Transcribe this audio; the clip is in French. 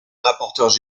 rapporteure